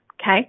okay